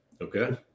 Okay